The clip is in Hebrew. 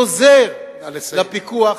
עוזר לפיקוח,